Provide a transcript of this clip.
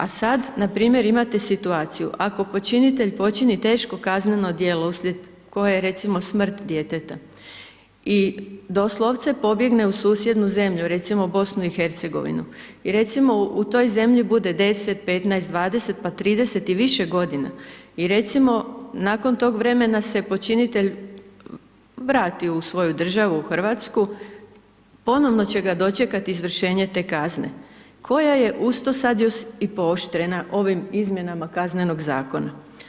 A sad npr. imate situaciju, ako počinitelj počini teško kazneno djelo uslijed koje je recimo smrt djeteta i doslovce pobjegne u susjednu zemlju recimo BiH i recimo u toj zemlji bude 10, 15, 20 pa 30 i više godina i recimo nakon tog vremena se počinitelj vrati u svoju državu Hrvatsku ponovno će ga dočekati izvršenje te kazne koja je uz to sad još i pooštrena ovim izmjenama Kaznenog zakona.